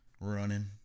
running